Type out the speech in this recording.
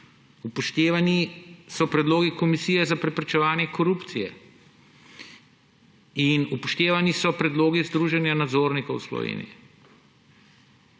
upoštevani so predlogi Komisije za preprečevanje korupcije in upoštevani so predlogi Združenja nadzornikov Slovenije